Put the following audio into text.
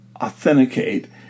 authenticate